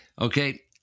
Okay